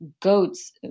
goats